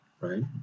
right